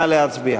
נא להצביע.